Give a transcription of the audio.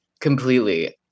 completely